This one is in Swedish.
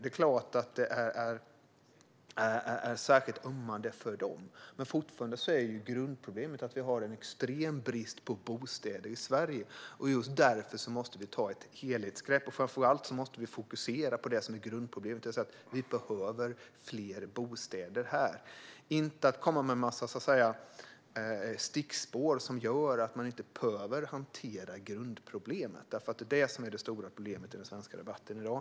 Det är klart att det är särskilt ömmande för dem, men grundproblemet är fortfarande att vi har en extrem brist på bostäder i Sverige. Just därför måste vi ta ett helhetsgrepp. Framför allt måste vi fokusera på grundproblemet - att vi behöver fler bostäder här - och inte komma med en massa stickspår som gör att man inte behöver hantera detta grundproblem, som är det stora problemet i den svenska debatten i dag.